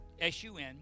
S-U-N